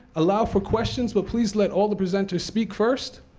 allow for questions. but please let all the presenters speak first,